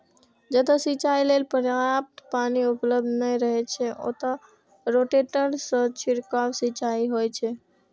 जतय सिंचाइ लेल पर्याप्त पानि उपलब्ध नै रहै छै, ओतय रोटेटर सं छिड़काव सिंचाइ होइ छै